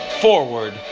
Forward